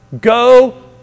Go